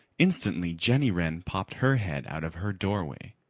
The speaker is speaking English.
instantly jenny wren popped her head out of her doorway.